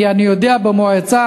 כי אני יודע שהמועצה,